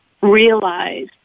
realize